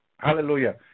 Hallelujah